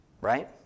right